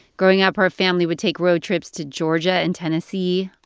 growing up, her family would take road trips to georgia and tennessee,